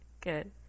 Good